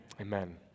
Amen